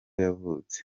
yavutse